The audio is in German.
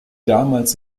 damals